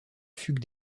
fugue